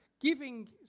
giving